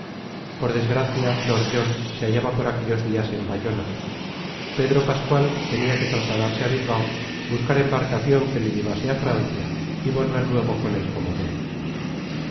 por desgracia lord john se hallaba por aquellos días en bayona pedro pascual tenía que trasladarse a bilbao buscar embarcación que le llevase a francia y volver luego con el comodoro